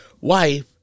wife